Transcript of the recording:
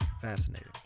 Fascinating